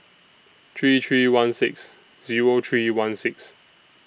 three three one six Zero three one six